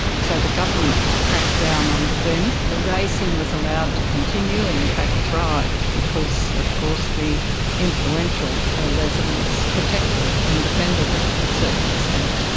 so the government cracked down on it then. ah racing was allowed to continue and in fact thrived because of course the influential ah residents protected and defended it to a certain extent.